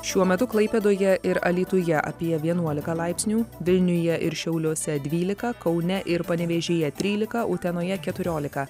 šiuo metu klaipėdoje ir alytuje apie vienuolika laipsnių vilniuje ir šiauliuose dvylika kaune ir panevėžyje trylika utenoje keturiolika